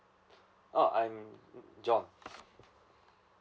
uh I'm john